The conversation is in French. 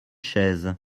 chaise